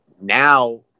now